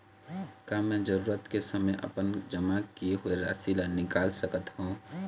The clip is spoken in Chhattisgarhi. का मैं जरूरत के समय अपन जमा किए हुए राशि ला निकाल सकत हव?